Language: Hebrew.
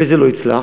וזה לא יצלח.